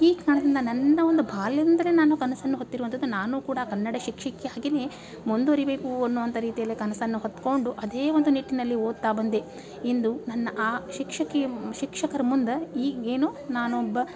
ಈ ಕಾರಣದಿಂದ ನನ್ನ ಒಂದು ಬಾಲ್ಯ ಅಂದರೆ ನಾನು ಕನಸನ್ನು ಹೊತ್ತಿರುವಂಥದ್ದು ನಾನು ಕೂಡ ಕನ್ನಡ ಶಿಕ್ಷಕಿ ಹಾಗೆಯೇ ಮುಂದುವರಿಬೇಕು ಅನ್ನುವಂಥ ರೀತಿಯಲ್ಲೇ ಕನಸನ್ನು ಹೊತ್ತುಕೊಂಡು ಅದೇ ಒಂದು ನಿಟ್ಟಿನಲ್ಲಿ ಓದ್ತಾ ಬಂದೆ ಇಂದು ನನ್ನ ಆ ಶಿಕ್ಷಕಿಯ ಶಿಕ್ಷಕರ ಮುಂದೆ ಈಗೇನು ನಾನೊಬ್ಬ